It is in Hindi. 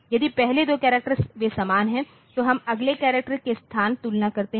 यदि पहले दो करैक्टरवे समान हैं तो हम अगले करैक्टर के साथ तुलना करते हैं